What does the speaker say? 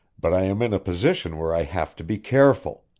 but i am in a position where i have to be careful.